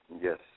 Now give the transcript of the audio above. Yes